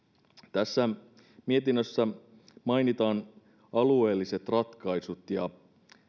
tässä mietinnössä mainitaan alueelliset ratkaisut ja